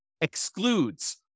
excludes